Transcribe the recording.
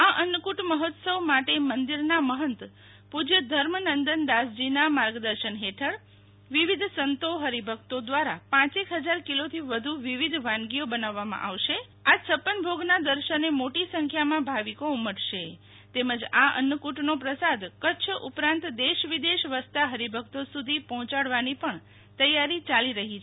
આ અન્નકૂટ મહોત્સવ માટે મંદિરનાં મહત પૂજ્ય ધર્મનંદનદાસજીનાં માર્ગદર્શન હેઠળ વિવિધ સંતો હરિભક્તો દ્વારા પાંચેક હજાર કિલોથી વધુ વિવિધ વાનગીઓ બનવવામાં આવશે આ પક ભોગનાં દર્શને મોટી સંખ્યામાં ભાવિકો ઉમટશે તેમજ આ અન્નક્રટનો પ્રસાદ કરછ ઉપરાંત દેશ વિદેશ વસતા હરીભક્તો સુધી પહોચાડવાની પણ પ્રસાદી ચાલી રહી છે